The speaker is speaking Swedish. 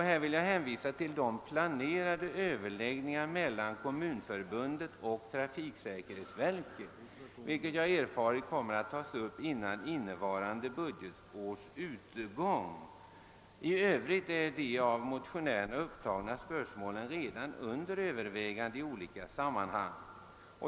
Därvidlag vill jag hänvisa till planerade överläggningar mellan Kommunförbundet och trafiksäkerhetsverket, vilka enligt vad jag erfarit kommer att tas upp före innevarande budgetårs utgång. I övrigt är de av motionärerna upptagna spörsmålen redan under övervägande i olika sammanhang.